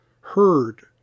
heard